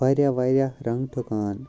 واریاہ واریاہ رنٛگ ٹُھکان